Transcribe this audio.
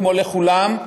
כמו לכולם,